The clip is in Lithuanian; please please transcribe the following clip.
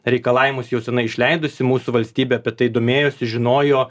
reikalavimus jau seniai išleidusi mūsų valstybė apie tai domėjosi žinojo